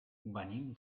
venim